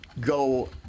go